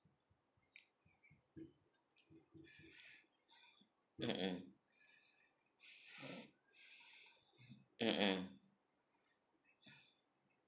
mm mm mm mm